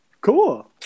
Cool